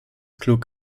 klug